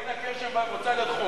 פאינה קירשנבאום רוצה להיות חוקרת?